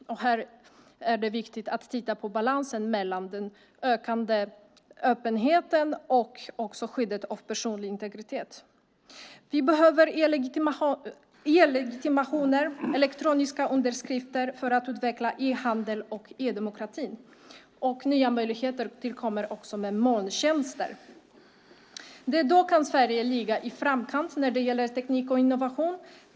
Här är det viktigt att titta på balansen mellan den ökande öppenheten och skyddet av personlig integritet. Vi behöver e-legitimationer och elektroniska underskrifter för att utveckla e-handel och e-demokrati. Nya möjligheter tillkommer också med molntjänster. Det är då Sverige kan ligga i framkant när det gäller teknik och innovation.